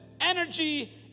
energy